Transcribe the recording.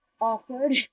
Awkward